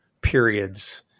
periods